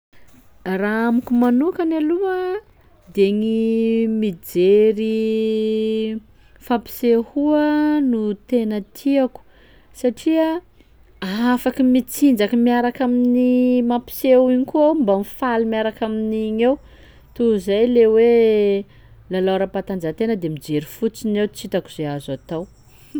Raha amiko manokany aloha de gny mijery fampisehoa no tena tiako satria afaky mitsinjaky miaraka amin'ny mampiseho igny koa aho mba ho faly miaraka amin'igny eo toy zay le hoe lalao ara-patanjahantena de mijery fotsiny eo tsy hitako zay azo atao.